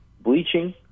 bleaching